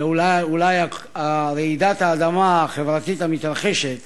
כי אולי רעידת האדמה החברתית המתרחשת